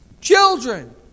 children